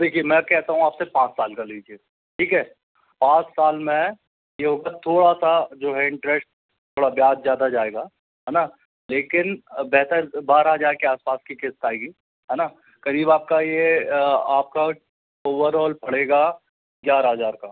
देखिए मैं कहता हूँ आपसे पाँच साल का लीजिए ठीक है पाँच साल मैं ये होगा थोड़ा सा जो है इंटरेस्ट थोड़ा ब्याज ज़्यादा जाएगा है ना लेकिन वैसे बारह हजार के आसपास किस्त आएगी है ना करीब आपका ये आपका ओवरऑल पड़ेगा ग्यारह हजार का